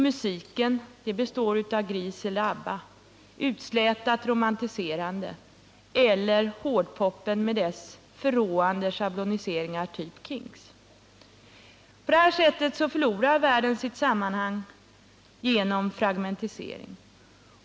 Musiken består av Grease eller ABBA, utslätat romantiserande, eller hårdpopen med dess förråande schabloniseringar typ Kiss. På det här sättet förlorar världen sitt sammanhang genom fragmentisering.